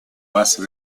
base